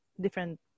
different